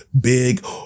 big